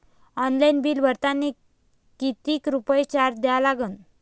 Online bill भरतानी कितीक रुपये चार्ज द्या लागन?